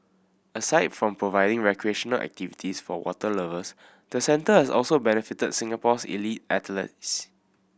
aside from providing recreational activities for water lovers the centre has also benefited Singapore's elite athletes